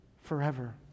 forever